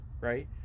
right